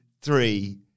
three